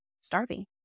starving